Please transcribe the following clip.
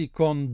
con